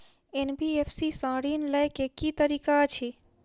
NBFC सँ ऋण लय केँ की तरीका अछि?